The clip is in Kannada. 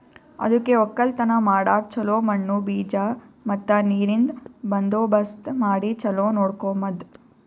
ಅದುಕೆ ಒಕ್ಕಲತನ ಮಾಡಾಗ್ ಚೊಲೋ ಮಣ್ಣು, ಬೀಜ ಮತ್ತ ನೀರಿಂದ್ ಬಂದೋಬಸ್ತ್ ಮಾಡಿ ಚೊಲೋ ನೋಡ್ಕೋಮದ್